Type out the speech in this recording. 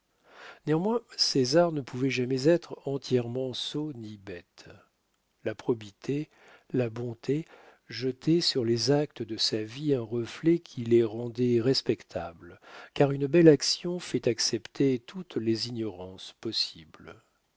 néanmoins césar ne pouvait jamais être entièrement sot ni bête la probité la bonté jetaient sur les actes de sa vie un reflet qui les rendait respectables car une belle action fait accepter toutes les ignorances possibles